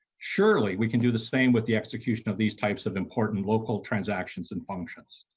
surely we can do the same with the execution of these types of important local transactions and functions.